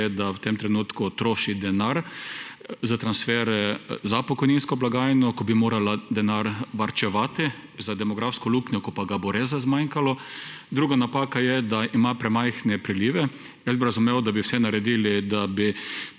da v tem trenutku troši denar za transfere za pokojninsko blagajno, ko bi morala denar varčevati za demografsko luknjo, ko ga pa ga bo resda zmanjkalo. Druga napaka je, da ima premajhne prilive. Jaz bi razumel, da bi vse naredili, da bi